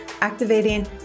activating